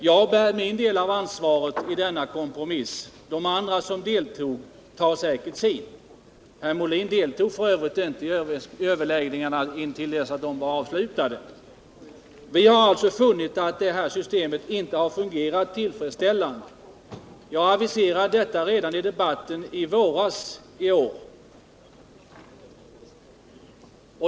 Jag tar min del av ansvaret i denna kompromiss. De andra som deltog tar säkert sin. Herr Molin deltog f. ö. inte i överläggningarna intill dess att de var avslutade. Vi har alltså funnit att det här systemet inte har fungerat tillfredsställande. Jag aviserade detta redan i debatten i våras.